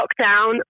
lockdown